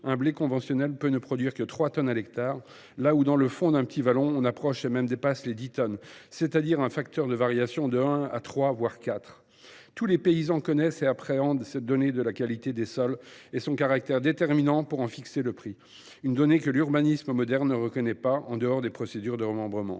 un blé conventionnel peut ne produire que trois tonnes à l’hectare quand, dans le fond d’un petit vallon, on approche et même dépasse les dix tonnes : le rendement passe du simple au triple, voire au quadruple ! Tous les paysans connaissent et appréhendent cette donnée de la qualité des sols et son caractère déterminant pour en fixer le prix, une donnée que l’urbanisme moderne ne reconnaît pas, en dehors des procédures de remembrements.